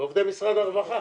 בעובדי משרד הרווחה.